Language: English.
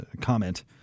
comment